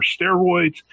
steroids